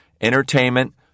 entertainment